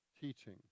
teaching